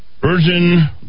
Virgin